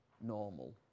normal